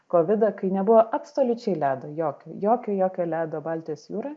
kovidą kai nebuvo absoliučiai ledo jokio jokio jokio ledo baltijos jūroj